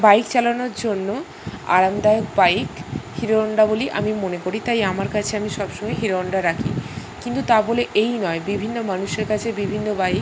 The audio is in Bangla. বাইক চালানোর জন্য আরামদায়ক বাইক হিরোহন্ডা বলেই আমি মনে করি তাই আমার কাছে আমি সবসময় হিরোহন্ডা রাখি কিন্তু তা বলে এই নয় বিভিন্ন মানুষের কাছে বিভিন্ন বাইক